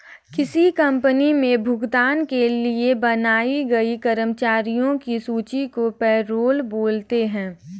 किसी कंपनी मे भुगतान के लिए बनाई गई कर्मचारियों की सूची को पैरोल बोलते हैं